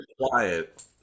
quiet